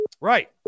Right